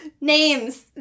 Names